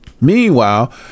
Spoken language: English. Meanwhile